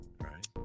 Right